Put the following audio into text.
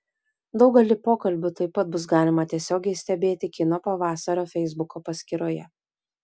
daugelį pokalbių taip pat bus galima tiesiogiai stebėti kino pavasario feisbuko paskyroje